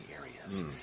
areas